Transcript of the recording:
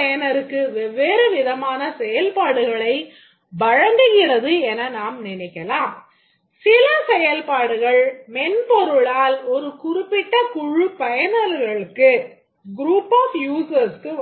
நமக்குக் கொடுக்கப்படும்